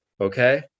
Okay